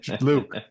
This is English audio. Luke